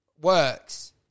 works